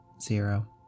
zero